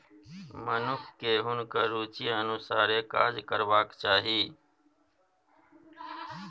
मनुखकेँ हुनकर रुचिक अनुसारे काज करबाक चाही